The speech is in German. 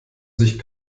sich